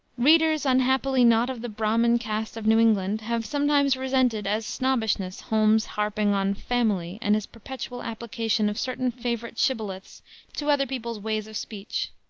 readers unhappily not of the brahmin caste of new england have sometimes resented as snobbishness holmes's harping on family, and his perpetual application of certain favorite shibboleths to other people's ways of speech.